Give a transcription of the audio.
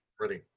Ready